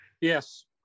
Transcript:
Yes